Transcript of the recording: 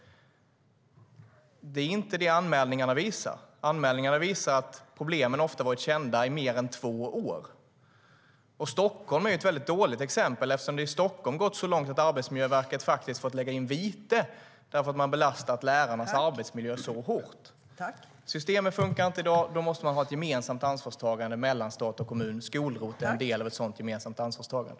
Det är inte vad anmälningarna visar. Anmälningarna visar att problemen ofta har varit kända i mer än två år. Stockholm är ett dåligt exempel eftersom det i Stockholm har gått så långt att Arbetsmiljöverket har fått lägga in vite därför att lärarnas arbetsmiljö har belastats så hårt. Systemet fungerar inte i dag, och då måste man ha ett gemensamt ansvarstagande mellan stat och kommun. Skol-ROT är en del av ett sådant gemensamt ansvarstagande.